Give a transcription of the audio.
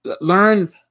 Learn